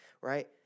right